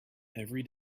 every